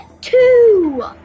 two